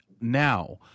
now